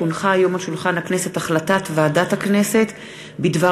כי הונחה היום על שולחן הכנסת החלטת ועדת הכנסת בדבר